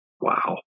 Wow